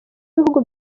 ibihugu